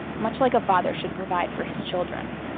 much like a father should provide for his children.